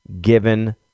given